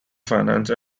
finance